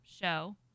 show